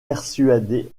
persuadé